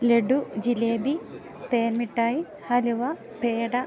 ലഡു ജിലേബി തേൻമിഠായി ഹലുവ പേട